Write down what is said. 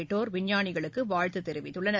உள்ளிட்டோர் விஞ்ஞானிகளுக்கு வாழ்த்து தெரிவித்துள்ளனர்